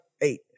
eight